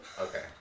Okay